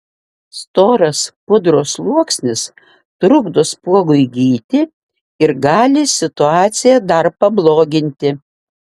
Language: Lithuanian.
storas pudros sluoksnis trukdo spuogui gyti ir gali situaciją dar pabloginti